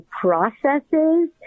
processes